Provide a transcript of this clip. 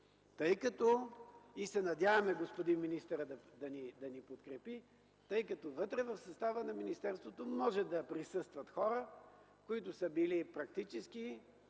служби. Надяваме се господин министърът да ни подкрепи, тъй като вътре в състава на министерството може да присъстват хора, които са били практически